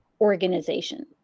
organization